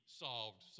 solved